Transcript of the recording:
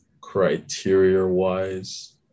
criteria-wise